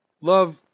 Love